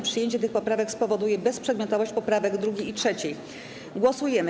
Przyjęcie tych poprawek spowoduje bezprzedmiotowość poprawek 2. i 3. Głosujemy.